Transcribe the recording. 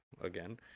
again